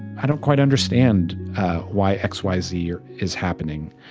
i don't quite understand why x, y, z or is happening.